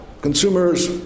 consumers